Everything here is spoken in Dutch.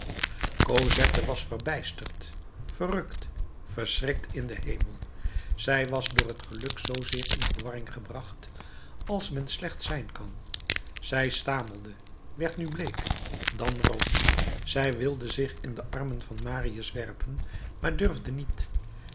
cosette was verbijsterd verrukt verschrikt in den hemel zij was door het geluk zoozeer in verwarring gebracht als men slechts zijn kan zij stamelde werd nu bleek dan rood zij wilde zich in de armen van marius werpen maar durfde niet